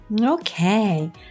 Okay